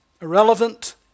irrelevant